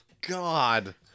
God